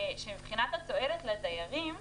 שמבחינת התועלת לדיירים,